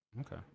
Okay